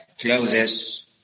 clothes